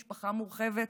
משפחה מורחבת.